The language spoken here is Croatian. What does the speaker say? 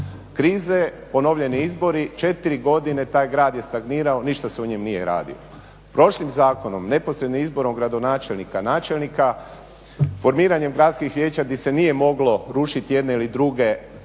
krize, ponovljeni izbori. Četiri godine taj grad je stagnirao, ništa se u njemu nije radilo. Prošlim zakonom, neposredno izborom gradonačelnika i načelnika, formiranjem gradskih vijeća gdje se nije moglo rušiti jedne ili druge,